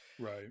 Right